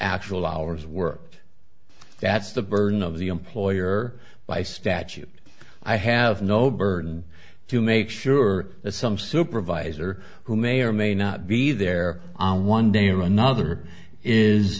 actual hours worked that's the burden of the employer by statute i have no burden to make sure that some supervisor who may or may not be there on one day or another is